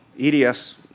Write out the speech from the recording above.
EDS